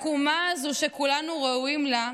התקומה הזו שכולנו ראויים לה,